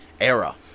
era